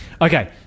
Okay